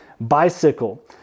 bicycle